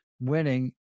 winning